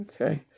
Okay